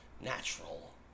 Natural